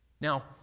Now